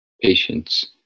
patience